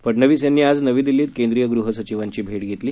फडनवीस यांनी आज नवी दिल्लीत केंद्रीय गृहसचिवांची भेट घेतली